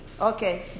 okay